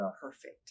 perfect